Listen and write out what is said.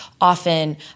often